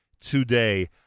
today